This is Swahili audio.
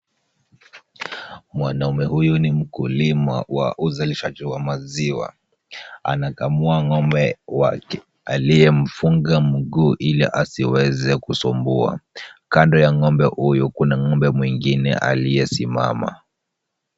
Mwanaume huyu ni mkulima wa uzalishaji wa maziwa. Anakamua ng'ombe wake aliyemfunga mguu ili asiweza kusumbua. Kando ya ng'ombe huyu kuna ng'ombe mwingine aliyesimama.